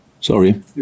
Sorry